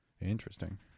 Interesting